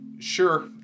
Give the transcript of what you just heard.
Sure